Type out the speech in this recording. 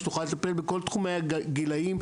שתוכל לטפל בכל תחומי הגילאים,